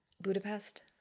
Budapest